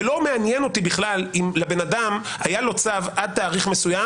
זה לא מעניין אותי בכלל אם לבן אדם היה צו עד תאריך מסוים.